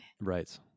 Right